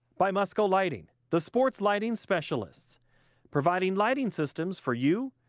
by mussco lighting. the sports lighting specialists providing lighting systems for you,